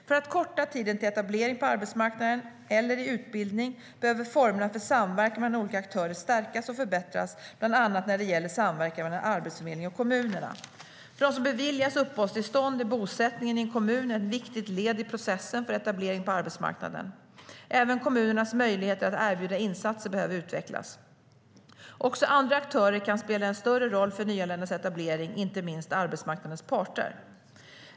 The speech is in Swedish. För att korta tiden för etablering på arbetsmarknaden eller i utbildning behöver formerna för samverkan mellan olika aktörer stärkas och förbättras, bland annat när det gäller samverkan mellan Arbetsförmedlingen och kommunerna. För dem som beviljats uppehållstillstånd är bosättningen i en kommun ett viktigt led i processen för etablering på arbetsmarknaden. Även kommunernas möjligheter att erbjuda insatser behöver utvecklas. Också andra aktörer kan spela en större roll för nyanländas etablering, inte minst arbetsmarknadens parter.